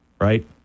right